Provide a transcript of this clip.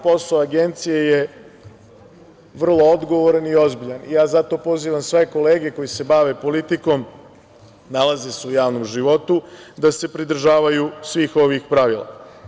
Posao Agencije je vrlo odgovoran i ozbiljan i ja zato pozivam sve kolege koji se bave politikom, nalaze se u javnom životu, da se pridržavaju svih ovih pravila.